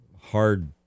hard